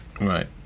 Right